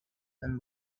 and